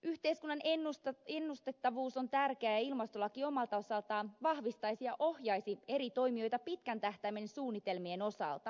yhteiskunnan ennustettavuus on tärkeää ja ilmastolaki omalta osaltaan vahvistaisi ja ohjaisi eri toimijoita pitkän tähtäimen suunnitelmien osalta